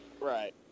Right